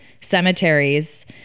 cemeteries